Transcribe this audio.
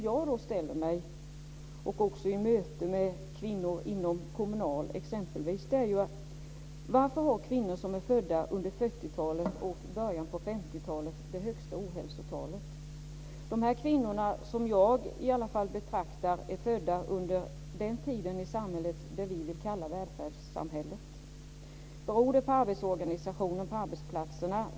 Jag ställer mig då några frågor, också i möte med kvinnor inom Kommunal exempelvis. Varför har kvinnor som är födda under 40-talet och i början av 50-talet det högsta ohälsotalet? Jag betraktar i alla fall det som att de här kvinnorna är födda in i det som vi vill kalla välfärdssamhället. Beror det på arbetsorganisationen på arbetsplatserna?